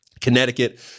Connecticut